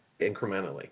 incrementally